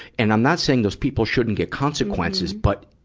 and i'm not saying those people shouldn't get consequences, but,